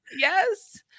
Yes